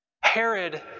Herod